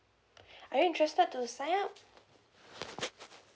are you interested to sign up